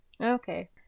Okay